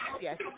yes